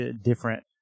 different